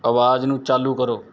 ਆਵਾਜ਼ ਨੂੰ ਚਾਲੂ ਕਰੋ